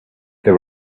they